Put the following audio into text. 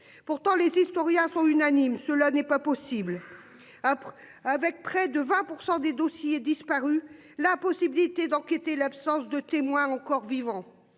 Pourtant les historiens sont unanimes. Cela n'est pas possible. Âpre avec près de 20% des dossiers disparus, la possibilité d'enquêter, l'absence de témoins encore vivants.